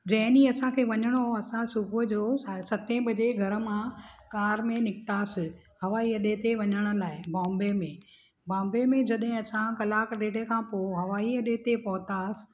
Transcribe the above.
जंहिं ॾींहुं असांखे वञणो हो असां सुबुह जो सते बजे घर मां कार में निकतासीं हवाई अॾे ते वञण लाइ बॉम्बे में बॉम्बे में जॾहिं असां कलाकु ॾेढ खां पोइ हवाई अॾे ते पहुतासीं